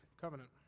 covenant